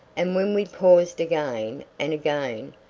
and when we paused again and again,